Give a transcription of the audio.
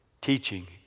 teaching